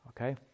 Okay